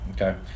okay